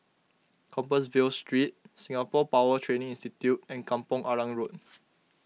Compassvale Street Singapore Power Training Institute and Kampong Arang Road